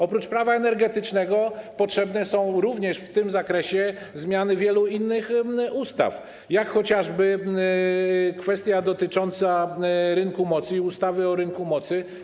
Oprócz Prawa energetycznego potrzebne są również w tym zakresie zmiany wielu innych ustaw, chodzi chociażby o kwestię dotyczącą rynku mocy i ustawy o rynku mocy.